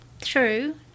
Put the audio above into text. True